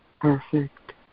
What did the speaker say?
perfect